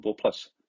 plus